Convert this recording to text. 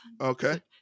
Okay